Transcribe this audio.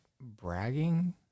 bragging